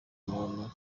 umuntu